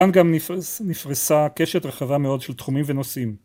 ‫כאן גם נפרסה קשת רחבה מאוד ‫של תחומים ונושאים.